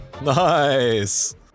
Nice